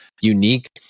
unique